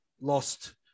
lost